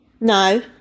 No